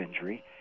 injury